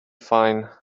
fine